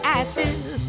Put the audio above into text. ashes